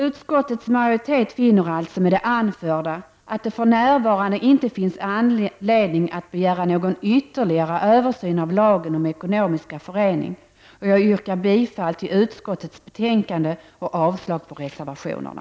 Utskottets majoritet finner alltså att det för närvarande inte finns anledning att begära någon ytterligare översyn av lagen om ekonomiska föreningar, och jag yrkar med det anförda bifall till utskottets hemställan och avslag på reservationerna.